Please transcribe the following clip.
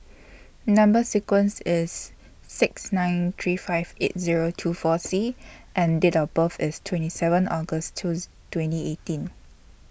Number sequence IS six nine three five eight Zero two four C and Date of birth IS twenty seven August twos twenty eighteen